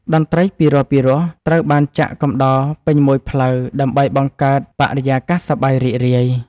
តន្ត្រីពិរោះៗត្រូវបានចាក់កំដរពេញមួយផ្លូវដើម្បីបង្កើតបរិយាកាសសប្បាយរីករាយ។